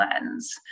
lens